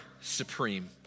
supreme